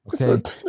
Okay